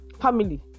family